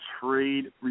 trade